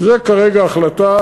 זו כרגע ההחלטה.